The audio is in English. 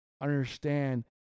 understand